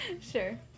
Sure